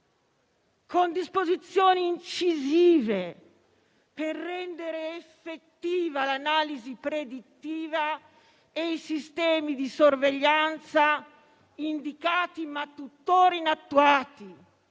con disposizioni incisive per rendere effettiva l'analisi predittiva e i sistemi di sorveglianza indicati, ma tuttora inattuati.